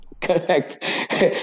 Correct